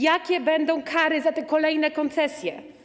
Jakie będą kary za kolejne koncesje?